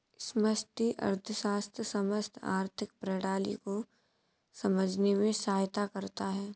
समष्टि अर्थशास्त्र समस्त आर्थिक प्रणाली को समझने में सहायता करता है